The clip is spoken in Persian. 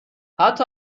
حتی